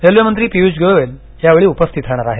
रेल्वेमंत्री पियुष गोयल या वेळी उपस्थित राहणार आहेत